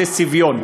זה סביון.